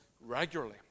regularly